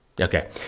Okay